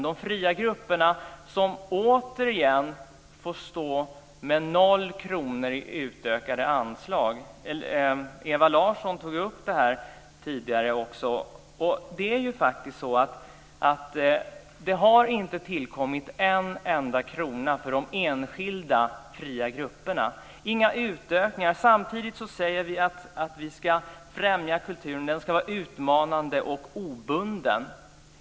De fria grupperna får återigen stå med 0 kr i utökade anslag. Ewa Larsson tog upp det här tidigare också. Det har faktiskt inte tillkommit en enda krona till de enskilda fria grupperna. De har inte fått några utökningar. Samtidigt säger vi att vi ska främja kulturen, att den ska vara utmanande och obunden.